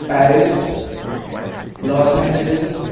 Paris las angeles